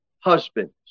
Husbands